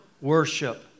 worship